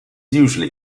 usually